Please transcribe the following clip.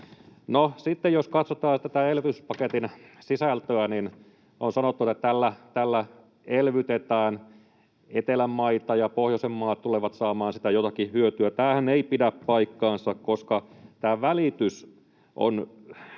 jos katsotaan tätä elvytyspaketin sisältöä, niin on sanottu, että tällä elvytetään etelän maita ja pohjoisen maat tulevat saamaan siitä jotakin hyötyä. Tämähän ei pidä paikkansa. Tämä elvytys